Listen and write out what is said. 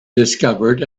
discovered